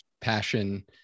passion